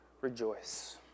rejoice